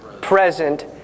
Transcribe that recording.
present